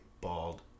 bald